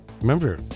Remember